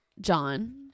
John